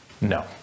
No